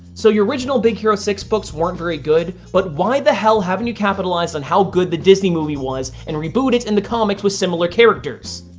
so your original big hero six books weren't very good, but why the hell haven't you capitalized on how good the disney movie was and reboot it in the comics with similar characters!